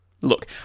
Look